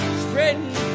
spreading